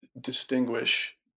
distinguish